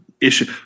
issue